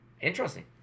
Interesting